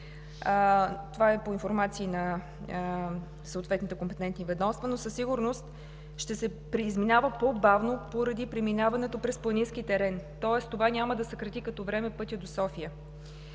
това е по информация на съответните компетентни ведомства, но със сигурност ще се изминава по-бавно поради преминаването през планински терен, тоест това няма да съкрати като време пътя до София.